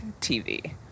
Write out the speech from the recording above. TV